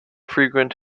frequent